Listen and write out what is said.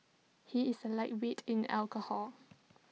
he is A lightweight in alcohol